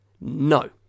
No